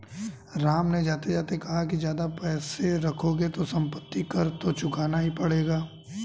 राम ने जाते जाते कहा कि ज्यादा पैसे रखोगे तो सम्पत्ति कर तो चुकाना ही पड़ेगा